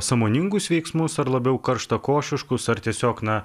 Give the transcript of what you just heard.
sąmoningus veiksmus ar labiau karštakošiškus ar tiesiog na